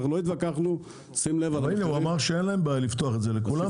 שים לב, אנחנו לא התווכחנו על המחירים.